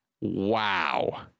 Wow